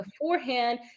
beforehand